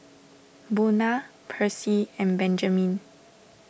Buna Percy and Benjamin